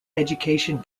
education